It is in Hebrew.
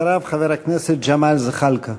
אחריו, חבר הכנסת ג'מאל זחאלקה.